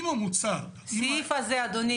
יופי, זה מה שאנחנו אומרים.